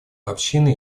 общины